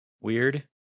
Weird